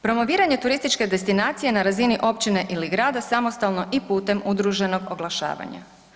Promoviranje turističke destinacije na razini općine ili grada samostalno i putem udruženog oglašavanja.